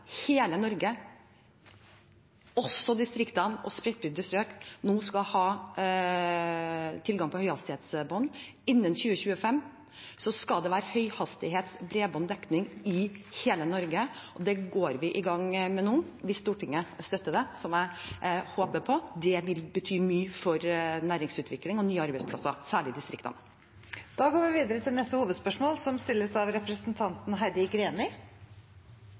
hele Norge, også distriktene og spredtbygde strøk, nå skal ha tilgang på høyhastighetsbredbånd. Innen 2025 skal det være høyhastighetsbredbånddekning i hele Norge, og det går vi i gang med nå, hvis Stortinget støtter det, noe jeg håper på. Det vil bety mye for næringsutvikling og nye arbeidsplasser, særlig i distriktene. Vi går videre til neste hovedspørsmål.